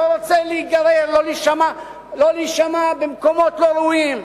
לא רוצה להיגרר, לא להישמע במקומות לא ראויים.